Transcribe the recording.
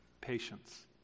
patience